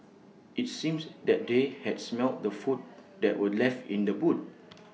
IT seems that they had smelt the food that were left in the boot